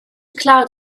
cloud